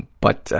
but,